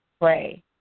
pray